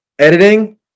Editing